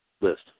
list